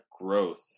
growth